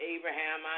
Abraham